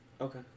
Okay